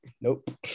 Nope